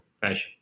fashion